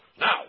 Now